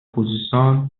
خوزستان